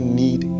need